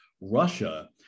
Russia